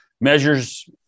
measures